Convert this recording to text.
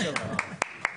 הישיבה ננעלה בשעה